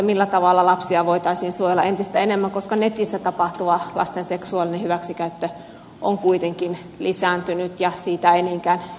millä tavalla lapsia voitaisiin suojella entistä enemmän koska netissä tapahtuva lasten seksuaalinen hyväksikäyttö on kuitenkin lisääntynyt ja siitä ei niinkään informoida